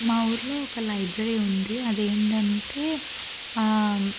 మా ఊర్లో ఒక లైబ్రరీ ఉంది అది ఏంటంటే